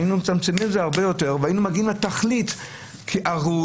היינו מצמצמים את זה והיינו מגיעים לתכלית הראויה